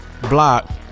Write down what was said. block